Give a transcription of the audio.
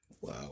Wow